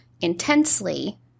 intensely